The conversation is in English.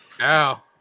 Ow